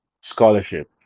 scholarship